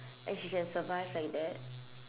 and she can survive like that